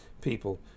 people